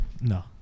No